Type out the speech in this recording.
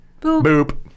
boop